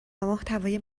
محتوای